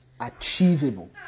achievable